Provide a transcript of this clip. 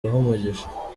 umugisha